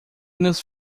nos